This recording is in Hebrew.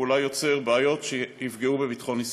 ואולי יוצר בעיות שיפגעו בביטחון ישראל.